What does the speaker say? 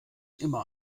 immer